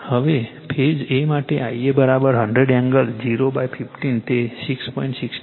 હવે phase a માટે Ia 100 angle 015 તે 6